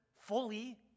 fully